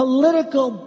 political